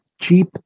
cheap